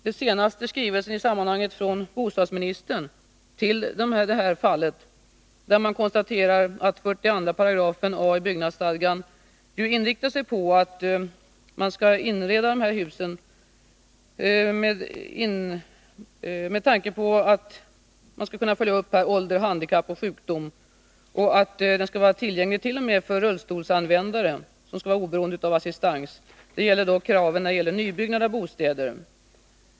Den senaste skrivelsen från bostadsministern angående detta fall konstaterar att 42 a § ju inriktas på att man skall inreda dessa hus med tanke på att kunna följa upp ålder, handikapp och sjukdom och att de skall vara tillgängliga t.o.m. för rullstolsanvändare som skall vara oberoende av assistans. Dessa krav gäller då nybyggnad av bostäder.